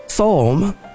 Psalm